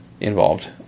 involved